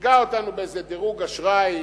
דירגה אותנו באיזה דירוג אשראי,